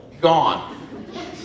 gone